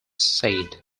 said